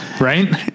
Right